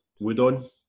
Woodon